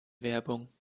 werbung